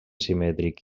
simètric